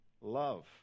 love